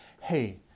hey